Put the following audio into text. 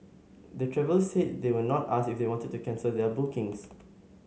the travellers said they were not asked if they wanted to cancel their bookings